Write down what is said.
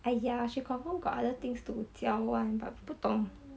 !aiya! she confirm got other things to 浇 [one] but 不懂